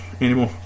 anymore